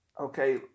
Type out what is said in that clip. okay